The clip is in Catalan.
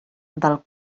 del